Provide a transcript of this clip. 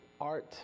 art